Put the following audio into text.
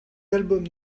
albums